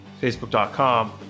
facebook.com